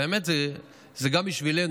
האמת היא שזה גם בשבילנו,